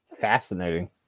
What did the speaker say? fascinating